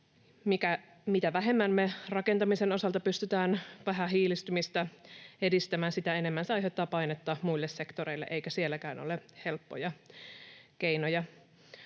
Mitä vähemmän me rakentamisen osalta pystytään vähähiilistymistä edistämään, sitä enemmän se aiheuttaa painetta muille sektoreille, eikä sielläkään ole helppoja keinoja.